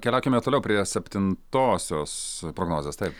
keliaukime toliau prie septin tosios prognozės taip